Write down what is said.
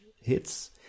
hits